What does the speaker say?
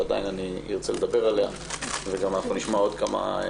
עדיין ארצה לדבר עליה וגם נשמע עוד כמה דוברים,